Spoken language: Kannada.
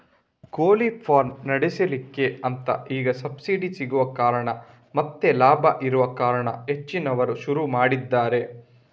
ಕೋಳಿ ಫಾರ್ಮ್ ನಡೆಸ್ಲಿಕ್ಕೆ ಅಂತ ಈಗ ಸಬ್ಸಿಡಿ ಸಿಗುವ ಕಾರಣ ಮತ್ತೆ ಲಾಭ ಇರುವ ಕಾರಣ ಹೆಚ್ಚಿನವರು ಶುರು ಮಾಡಿದ್ದಾರೆ